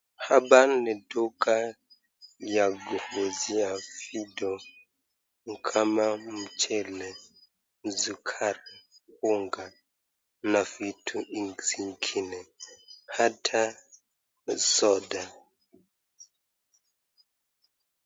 Hapa ni duka ya kuuzia vitu kama mchele, sukari, unga na vitu zingine hata soda.